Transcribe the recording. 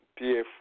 PF